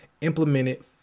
implemented